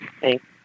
Thanks